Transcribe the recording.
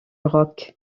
roc